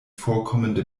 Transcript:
vorkommende